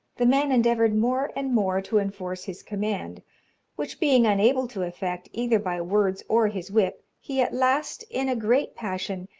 the man endeavoured more and more to enforce his command which being unable to effect, either by words or his whip, he at last, in a great passion,